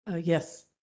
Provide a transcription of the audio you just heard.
Yes